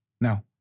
No